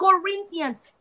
Corinthians